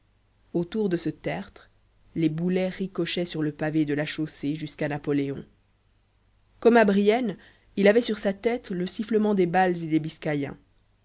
autour de ce tertre les boulets ricochaient sur le pavé de la chaussée jusqu'à napoléon comme à brienne il avait sur sa tête le sifflement des balles et des biscayens